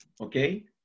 Okay